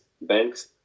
banks